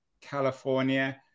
California